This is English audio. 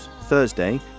Thursday